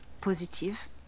positive